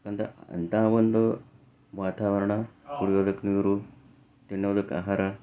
ಅಂಥ ಅಂಥಾ ಒಂದು ವಾತಾವರಣ ಕುಡಿಯೋದಕ್ಕೆ ನೀರು ತಿನ್ನೋದಕ್ಕೆ ಆಹಾರ